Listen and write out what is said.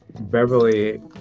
Beverly